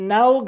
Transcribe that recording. Now